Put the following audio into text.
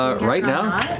ah right now,